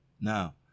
Now